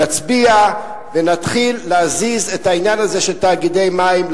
נצביע ונתחיל להזיז את העניין הזה של תאגידי מים,